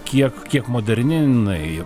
kiek kiek moderni jinai